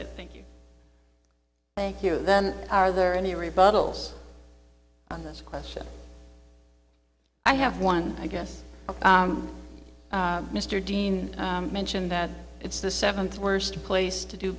it thank you thank you then are there any rebuttal on this question i have one i guess mr dean mentioned that it's the seventh worst place to do